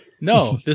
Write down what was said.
No